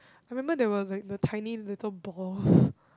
I remember there were like the tiny little balls